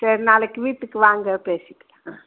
சரி நாளைக்கு வீட்டுக்கு வாங்க பேசிக்கலாம் ஆ